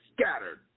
scattered